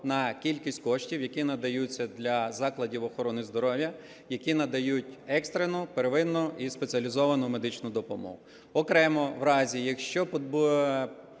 на кількість коштів, які надаються для закладів охорони здоров'я, які надають екстрену, первинну і спеціалізовану медичну допомогу. Окремо в разі, якщо людина